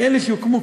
כי אלה שהוקמו,